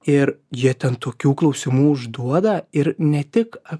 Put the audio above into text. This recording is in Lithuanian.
ir jie ten tokių klausimų užduoda ir ne tik